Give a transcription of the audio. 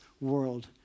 world